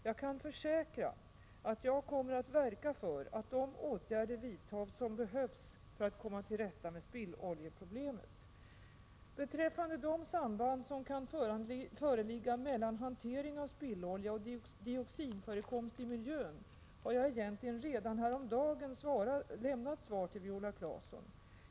Jag kan försäkra att jag kommer att verka för att de åtgärder som behövs blir vidtagna för att komma till rätta med spilloljeproblemet. Beträffande de samband som kan föreligga mellan hantering av spillolja och dioxinförekomst i miljön har jag egentligen redan häromdagen lämnat svar till Viola Claesson.